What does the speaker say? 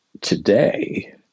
today